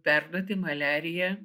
perduoti maliariją